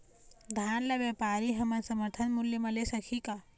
धान ला व्यापारी हमन समर्थन मूल्य म ले सकही का?